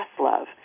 love